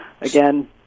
Again